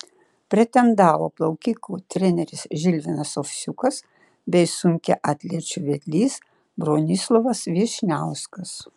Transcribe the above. pretendavo plaukikų treneris žilvinas ovsiukas bei sunkiaatlečių vedlys bronislovas vyšniauskas